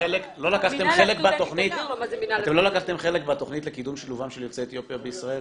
חלק בתכנית לקידום שילובם של יוצאי אתיופיה בישראל?